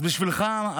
אז בשבילך,